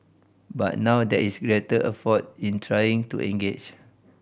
but now there is greater effort in trying to engage